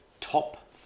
top